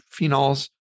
phenols